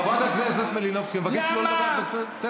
חברת הכנסת מלינובסקי, אני מבקש לא לדבר בטלפון.